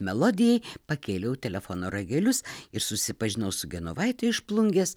melodijai pakėliau telefono ragelius ir susipažinau su genovaite iš plungės